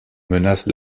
menace